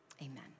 Amen